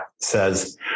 says